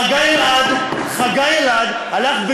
חגי אלעד הלך,